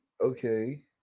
Okay